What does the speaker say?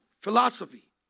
philosophy